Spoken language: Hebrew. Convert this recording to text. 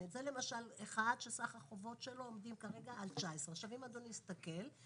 זה למשל אחד שסך החובות שלו עומדים כרגע על 19. אם אדוני יסתכל,